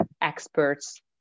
experts